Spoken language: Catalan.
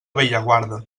bellaguarda